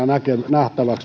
minä